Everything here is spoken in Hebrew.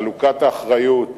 חלוקת האחריות